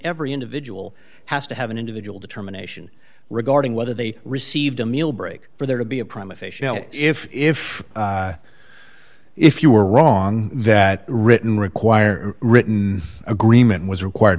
every individual has to have an individual determination regarding whether they received a meal break for there to be a crime of a shell if if if you were wrong that written require written agreement was required